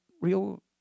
real